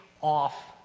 off